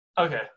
okay